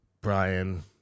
Brian